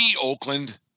oakland